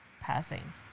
passing